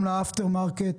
גם ל-after market,